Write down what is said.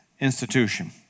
institution